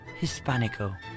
Hispanico